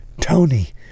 Tony